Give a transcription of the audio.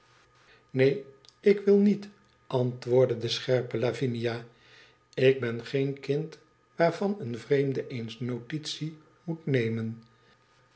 neen ik wil niet antwoordde de scherpe lavmia tik ben geen kind waarvan een vreemde eens notitie moet nemen